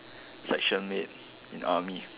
section mate in army